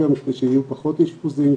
כדי שיהיו פחות אשפוזים,